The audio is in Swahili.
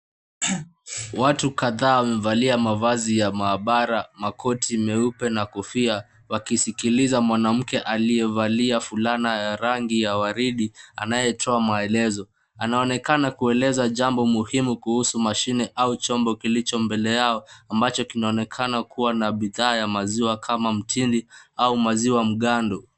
Watu kadhaa wamevalia mavazi ya maabara, makoti, meupe na kofia, wakisikiliza mwanamke aliyevalia fulana ya rangi ya waridi anayetoa maelezo. Anaonekana kueleza jambo muhimu kuhusu mashine au chombo kilicho mbele yao, ambacho kinaonekana kuwa na bidhaa ya maziwa kama mtindi au maziwa mgando.